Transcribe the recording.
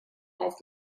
off